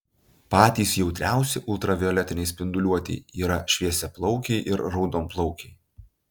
patys jautriausi ultravioletinei spinduliuotei yra šviesiaplaukiai ir raudonplaukiai